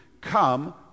come